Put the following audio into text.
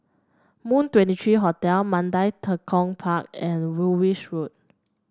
Moon Twenty three Hotel Mandai Tekong Park and Woolwich Road